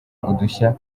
udushya